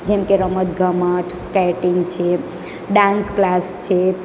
જેમકે રમતગમત સ્કેટિંગ છે ડાન્સ ક્લાસ છે